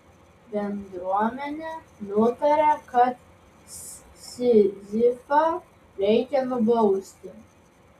bendruomenė nutarė kad sizifą reikia nubausti